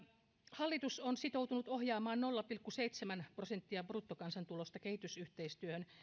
hallitus on sitoutunut ohjaamaan nolla pilkku seitsemän prosenttia bruttokansantulosta kehitysyhteistyöhön